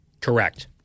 Correct